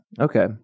Okay